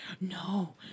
No